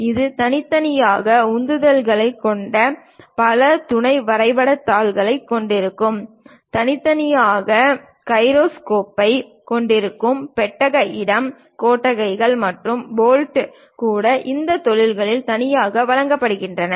இது தனித்தனியாக உந்துதல்களைக் கொண்ட பல துணை வரைபடத் தாள்களைக் கொண்டிருக்கும் தனித்தனியாக கைரோஸ்கோப்பைக் கொண்டிருக்கும் பெட்டக இடம் கொட்டைகள் மற்றும் போல்ட் கூட இந்தத் தொழில்களுக்கு தனித்தனியாக வழங்கப்படும்